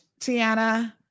Tiana